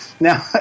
Now